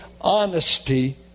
honesty